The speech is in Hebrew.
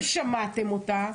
ושמעתם אותה.